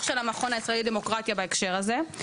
של המכון הישראלי לדמוקרטיה בהקשר הזה.